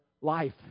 life